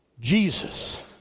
Jesus